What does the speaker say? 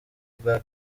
bwa